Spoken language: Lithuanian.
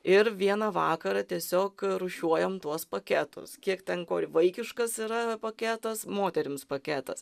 ir vieną vakarą tiesiog rūšiuojam tuos paketus kiek ten kur vaikiškas yra paketas moterims paketas